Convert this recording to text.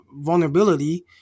vulnerability